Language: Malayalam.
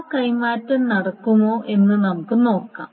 ആ കൈമാറ്റം നടക്കുമോ എന്ന് നമുക്ക് നോക്കാം